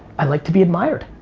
i like to be admired.